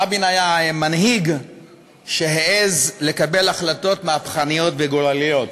רבין היה מנהיג שהעז לקבל החלטות מהפכניות וגורליות,